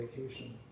vacation